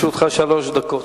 לרשותך שלוש דקות.